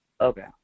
Okay